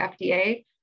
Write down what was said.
FDA